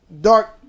dark